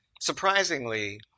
Surprisingly